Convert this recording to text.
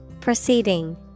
Proceeding